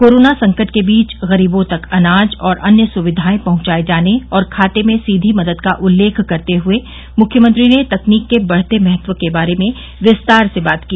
corona संकट के बीच गरीबों तक अनाज और अन्य सुकियाए पहुंचाए जाने और खाते में सीधी मदद का उल्लेख करते हुये मुख्यमंत्री ने तकनीक के बढ़ते महत्व के बारे में विस्तार से बात की